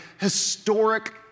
historic